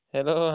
Hello